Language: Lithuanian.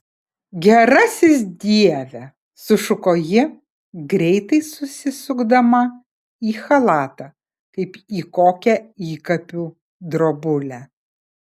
gerasis dieve sušuko ji greitai susisukdama į chalatą kaip į kokią įkapių drobulę